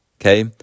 okay